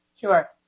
Sure